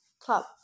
club